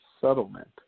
settlement